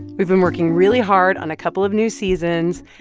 we've been working really hard on a couple of new seasons.